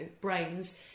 brains